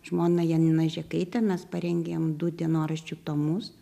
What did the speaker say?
žmona janina žėkaitė mes parengėm du dienoraščių tomus